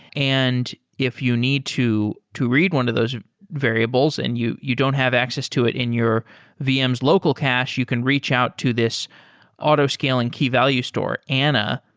and if you need to to read one of those variables and you you don't have access to it in your vm's local cache, you can reach out to this autoscaling key value store, anna,